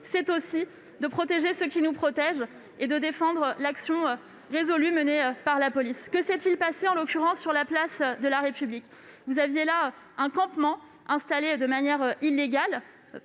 est aussi de protéger ceux qui nous protègent et de défendre l'action résolue menée par la police. Que s'est-il passé, en l'occurrence, sur la place de la République ? Vous aviez là un campement installé de manière illégale,